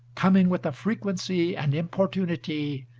coming with a frequency and importunity,